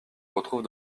retrouve